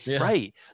Right